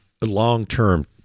long-term